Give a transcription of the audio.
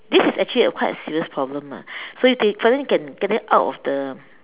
this is actually quite a serious problem ah so if they finally can get them out of the